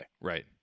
Right